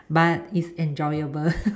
but it's enjoyable